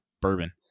bourbon